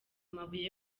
amabuye